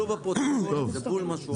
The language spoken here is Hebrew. תסתכלו בפרוטוקול, מה שהוא אמר.